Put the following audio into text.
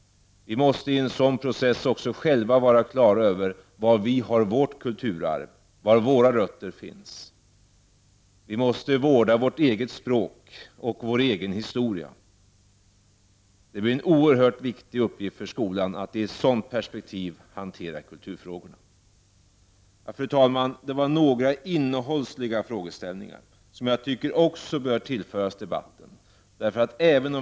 Vi måste i en sådan process själva vara klara över var vi har vårt kulturarv och var våra rötter finns. Vi måste vårda vårt eget språk och vår egen historia. Det blir en oerhört viktig uppgift för skolan i ett sådant perspektiv att hantera kulturfrågorna. Fru talman! Det var några innehållsmässiga frågeställningar som jag tycker också bör tillföras debatten.